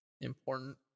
important